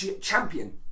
champion